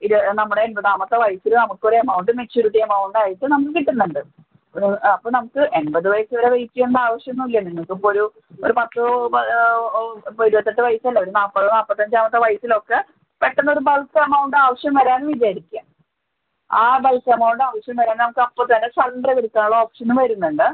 ഇത് നമ്മുടെ എൺപതാമത്തെ വയസ്സിൽ നമുക്ക് ഒരു എമൗണ്ട് മെച്ച്യൂരിറ്റി എമൗണ്ട് ആയിട്ട് നമുക്ക് കിട്ടുന്നുണ്ട് അപ്പം നമുക്ക് എൺപത് വയസ്സുവരെ വെയ്റ്റ് ചെയ്യേണ്ട ആവശ്യം ഒന്നും ഇല്ല നിങ്ങൾക്ക് ഇപ്പോഴൊരു ഒര് പത്തൊ ഇപ്പോൾ ഇരുപത്തെട്ട് വയസ്സല്ലെ ഒരു നാല്പത് നാല്പത്തഞ്ചാമത്തെ വയസ്സിലൊക്ക പെട്ടെന്ന് ഒരു ബൾക്ക് എമൗണ്ട് ആവശ്യം വരികയെന്ന് വിചാരിക്കുക ആ ബൾക്ക് എമൗണ്ട് ആവശ്യം വരിക നമുക്ക് അപ്പോൾത്തന്നെ സറണ്ടർ വിളിക്കാനുള്ള ഓപ്ഷനും വരുന്നുണ്ട്